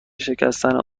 شکستن